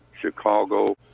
chicago